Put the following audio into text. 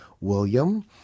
William